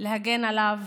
להגן עליו